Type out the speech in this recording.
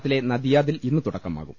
റാത്തിലെ നദിയാദിൽ ഇന്ന് തുടക്കമാകും